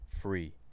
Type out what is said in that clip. free